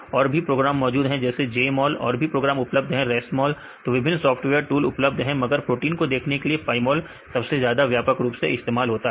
और भी प्रोग्राम मौजूद है जैसे Jmol और भी प्रोग्राम उपलब्ध हैं rasmol तो विभिन्न सॉफ्टवेयर टूल उपलब्ध हैं मगर प्रोटीन को देखने के लिए पाइमोल सबसे ज्यादा व्यापक रूप से इस्तेमाल होता है